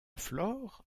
flore